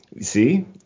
See